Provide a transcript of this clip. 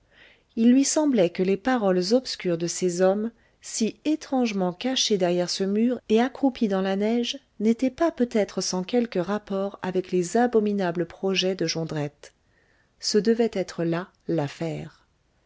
il lui semblait que les paroles obscures de ces hommes si étrangement cachés derrière ce mur et accroupis dans la neige n'étaient pas peut-être sans quelque rapport avec les abominables projets de jondrette ce devait être là l'affaire